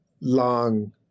long